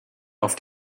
auf